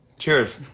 cheers!